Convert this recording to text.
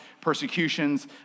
persecutions